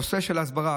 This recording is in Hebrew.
בנושא של הסברה,